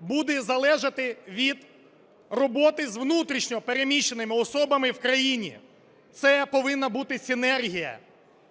буде залежати від роботи з внутрішньо переміщеними особами в країні. Це повинна бути синергія.